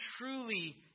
truly